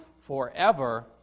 forever